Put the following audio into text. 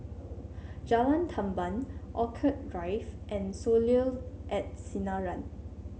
Jalan Tamban Orchid Rife and Soleil at Sinaran